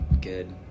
Good